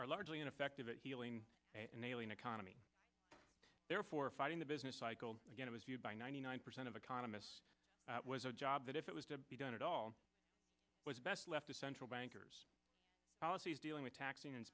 are largely ineffective at healing an ailing economy therefore fighting the business cycle again was viewed by ninety nine percent of economists was a job that if it was to be done at all was best left to central bankers policies dealing with taxing and